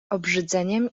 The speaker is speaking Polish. obrzydzeniem